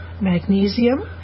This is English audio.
magnesium